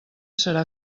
serà